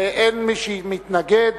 ואין מי שמתנגד.